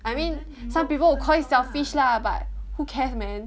I mean some people would call it selfish lah but who cares man